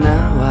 Now